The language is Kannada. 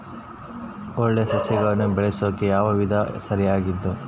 ಒಳ್ಳೆ ಸಸಿಗಳನ್ನು ಬೆಳೆಸೊಕೆ ಯಾವ ವಿಧಾನ ಸರಿಯಾಗಿದ್ದು?